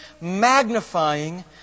magnifying